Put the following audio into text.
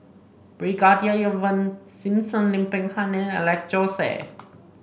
Brigadier Ivan Simson Lim Peng Han and Alex Josey